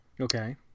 Okay